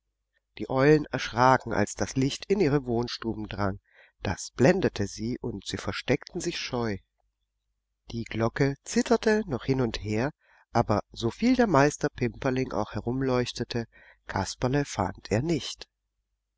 die eulen erschraken als das licht in ihre wohnstuben drang das blendete sie und sie versteckten sich scheu die glocke zitterte noch hin und her aber soviel der meister pimperling auch herumleuchtete kasperle fand er nicht